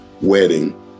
wedding